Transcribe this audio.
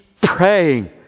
praying